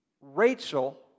Rachel